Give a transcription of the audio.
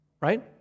right